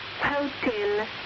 Hotel